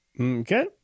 Okay